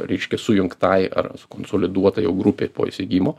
reiškia sujungtai ar konsoliduotai jo grupei po įsigijimo